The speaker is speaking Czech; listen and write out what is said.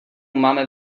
máme